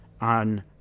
on